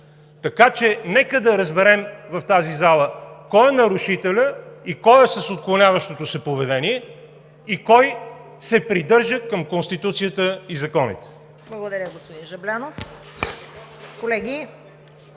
Така че нека да разберем в тази зала кой е нарушителят, кой е с отклоняващото се поведение и кой се придържа към Конституцията и законите?! (Частични ръкопляскания от